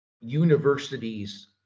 universities